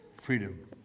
Freedom